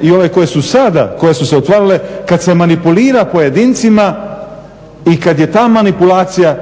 i ove koje su sada, koje su se otvarale kad se manipulira pojedincima i kad je ta manipulacija